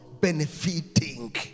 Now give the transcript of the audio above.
benefiting